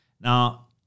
now